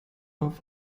auf